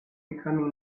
becoming